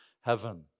heaven